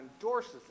endorses